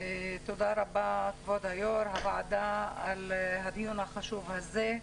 תודה רבה לכבוד יושב-ראש הוועדה על הדיון החשוב הזה.